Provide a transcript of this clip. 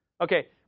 Okay